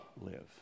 live